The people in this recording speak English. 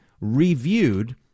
reviewed